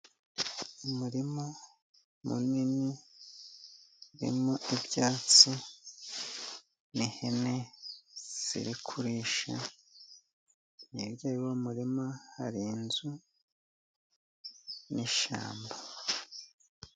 Umurima munini, urimo ibyatsi n'ihene ziri kurisha, hirya y'uwo muririma hari inzu n'ishyamba.